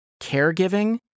caregiving